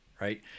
right